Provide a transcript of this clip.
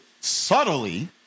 subtly